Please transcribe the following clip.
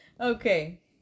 okay